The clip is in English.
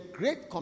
great